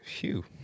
Phew